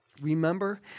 Remember